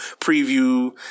preview